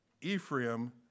Ephraim